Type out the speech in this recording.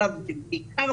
אלא בעיקר